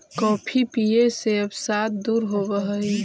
coffee पीये से अवसाद दूर होब हई